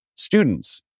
Students